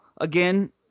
again